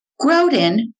Grodin